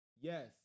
Yes